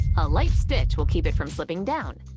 a light stitch will keep it from slipping down.